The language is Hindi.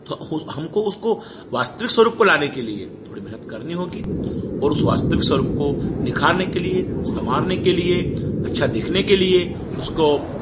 थो हो हमको उसको वास्तविक स्वरूप को लाने के लिए थोड़ी मेहनत करनी होगी और उस वास्तविक स्वरूप को निखारने के लिए संवारने के लिए अच्छा देखने के लिए उसको